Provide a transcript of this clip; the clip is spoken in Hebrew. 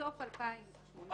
סוף 2018,